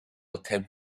attempt